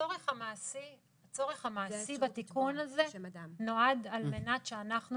הצורך המעשי בתיקון הזה נועד על מנת שאנחנו